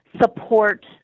support